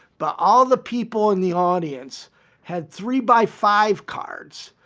but all the people in the audience had three by five cards,